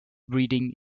breeding